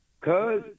Cause